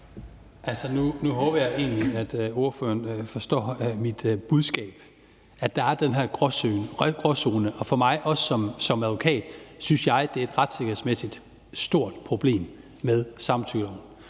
Nu håber jeg egentlig, at ordføreren forstår mit budskab: at der er den her gråzone. Jeg synes, også som advokat, at det er et retssikkerhedsmæssigt stort problem med samtykkeloven.